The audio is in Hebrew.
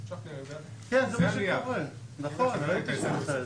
הזכיר פה היועץ המשפטי בשקט, שלידתו החוק הזה